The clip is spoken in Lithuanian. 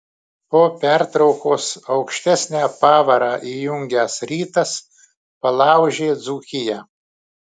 po pertraukos aukštesnę pavarą įjungęs rytas palaužė dzūkiją